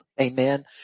amen